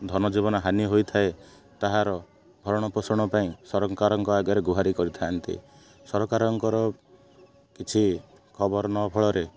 ଧନ ଜୀବନହାନି ହୋଇଥାଏ ତାହାର ଭରଣପୋଷଣ ପାଇଁ ସରକାରଙ୍କ ଆଗରେ ଗୁହାରି କରିଥାନ୍ତି ସରକାରଙ୍କର କିଛି ଖବର ନ ଫଳରେ